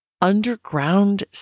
underground